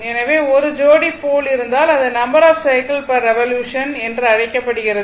எனவே 1 ஜோடி போல் இருந்தால் அது number of cycle per revolution என்று அழைக்கப்படும்